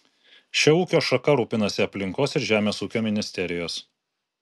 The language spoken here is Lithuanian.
šia ūkio šaka rūpinasi aplinkos ir žemės ūkio ministerijos